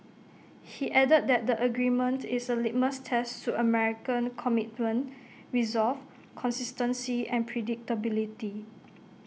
he added that the agreement is A litmus test to American commitment resolve consistency and predictability